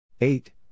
eight